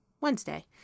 Wednesday